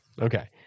Okay